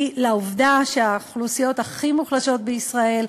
היא לעובדה שהאוכלוסיות הכי מוחלשות בישראל,